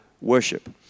worship